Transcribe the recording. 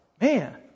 man